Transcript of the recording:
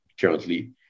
currently